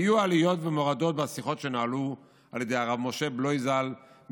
היו עליות ומורדות בשיחות שנוהלו על ידי הרב משה בלוי ז"ל,